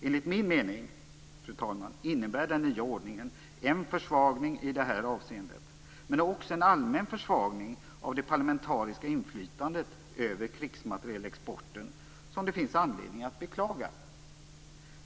Enligt min mening, fru talman, innebär den nya ordningen en försvagning i detta avseende, men också en allmän försvagning av det parlamentariska inflytandet över krigsmaterielexporten som det finns anledning att beklaga.